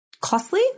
costly